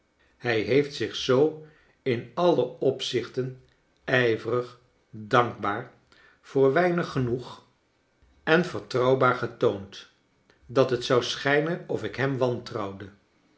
hij heeft zich zoo in alle opzichten ijverig dankbaar voor weinig genoeg en vertrouwbaar getoond dat het zou schijnen of ik hem wantrouwde